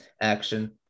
action